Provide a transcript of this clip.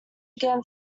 again